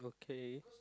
K